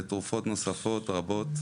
לתרופות נוספות רבות,